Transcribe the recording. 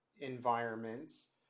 environments